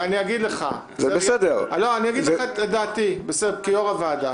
אגיד לך את דעתי כיושב-ראש הוועדה.